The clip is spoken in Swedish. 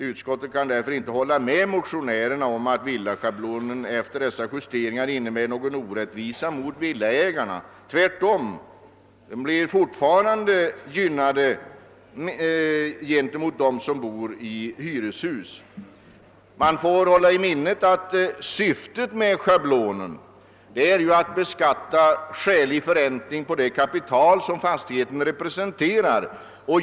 Utskottet kan därför inte hålla med motionärerna om att villataxeringen efter dessa justeringar innebär någon orättvisa mot villaägarna. Tvärtom, de är fortfarande gynnade i förhållande till dem som bor i hyreshus. Man får hålla i minnet att syftet med schablonen är att beskatta skälig förräntning på det kapital som fastigheten representerar.